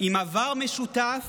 עם עבר משותף